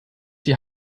die